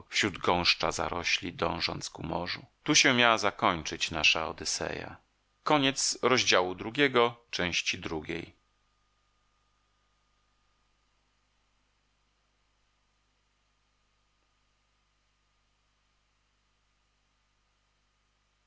wśród gąszcza zarośli dążąc ku morzu tu się miała zakończyć nasza